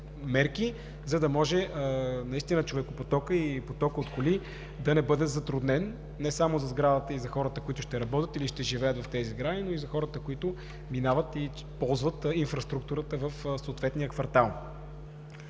за да може наистина човекопотокът и потокът от коли да не бъде затруднен не само за сградата и за хората, които ще работят или ще живеят в тези сгради, но и за хората, които минават и ползват инфраструктурата в съответния квартал.